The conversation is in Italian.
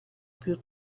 più